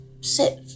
sit